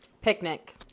Picnic